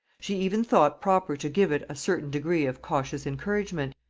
she even thought proper to give it a certain degree of cautious encouragement,